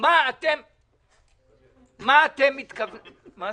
-- מה אתם מתכוונים לעשות?